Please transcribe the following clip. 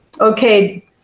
Okay